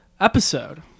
episode